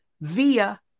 via